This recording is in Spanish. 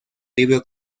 libro